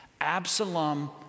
Absalom